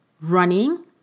running